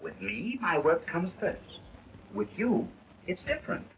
with my work comes with you it's different